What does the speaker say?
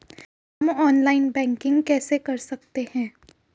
हम online banking कैसे कर सकते हैं?